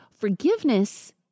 forgiveness